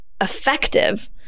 effective